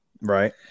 right